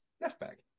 left-back